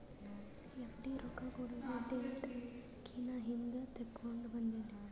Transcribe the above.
FD ರೊಕ್ಕಾ ಕೊಡದು date ಕಿನಾ ಹಿಂದೆ ತೇಕೊಂಡ್ ಬಂದಿನಿ